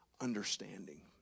understanding